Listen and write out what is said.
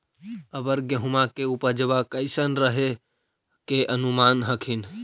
अबर गेहुमा के उपजबा कैसन रहे के अनुमान हखिन?